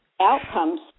outcomes